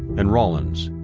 and rawlins.